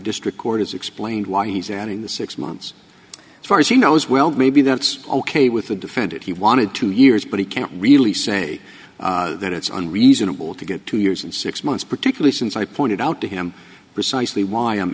district court has explained why he sat in the six months as far as he knows well maybe that's ok with the defendant he wanted two years but he can't really say that it's on reasonable to get two years and six months particularly since i pointed out to him precisely why i'm